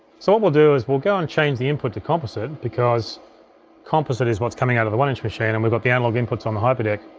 so what we'll do is we'll go and change the input to composite because composite is what's coming out of the one inch machine, and we've got the analog inputs on the hyperdeck.